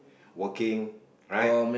working right